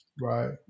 right